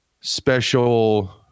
special